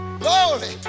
glory